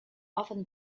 often